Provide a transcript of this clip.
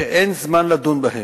שאין זמן לדון בהם,